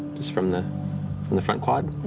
this from the and the front quad?